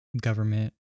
government